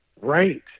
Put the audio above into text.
right